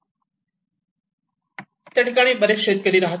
त्या ठिकाणी बरेच शेतकरी राहतात